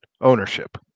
ownership